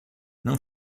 não